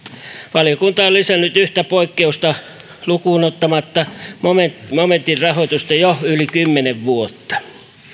valiokunta on lisännyt yhtä poikkeusta lukuun ottamatta momentin momentin rahoitusta jo yli kymmenen vuotta